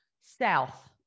south